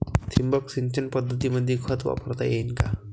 ठिबक सिंचन पद्धतीमंदी खत वापरता येईन का?